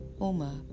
Uma